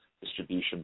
distribution